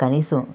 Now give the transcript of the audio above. కనీసం